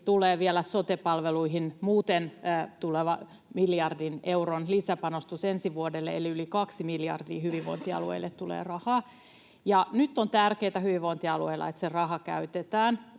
tulee vielä sote-palveluihin muuten tuleva miljardin euron lisäpanostus ensi vuodelle, eli yli kaksi miljardia hyvinvointialueille tulee rahaa. Nyt on tärkeätä hyvinvointialueilla, että se raha käytetään